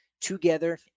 together